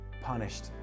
punished